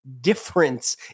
difference